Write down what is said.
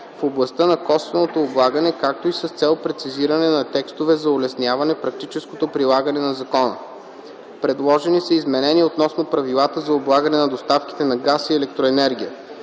в областта на косвеното облагане, както и с цел прецизиране на текстове за улесняване практическото прилагане на закона. Предложени са изменения относно правилата за облагане на доставките на газ и електроенергия.